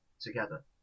together